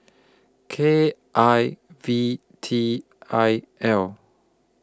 K I V T I L